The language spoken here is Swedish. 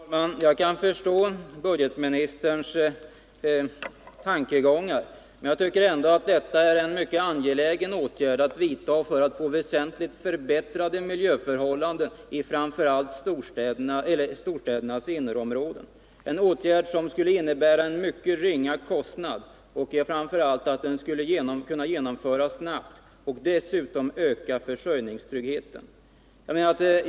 Herr talman! Jag kan förstå budgetministerns tankegångar, men jag tycker ändå att det gäller en mycket angelägen åtgärd för att få väsentligt förbättrade miljöförhållanden i framför allt storstädernas innerområden, en åtgärd som skulle innebära mycket ringa kostnader, kunna genomföras snabbt och dessutom öka försörjningstryggheten.